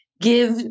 give